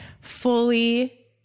fully